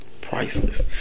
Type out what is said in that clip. Priceless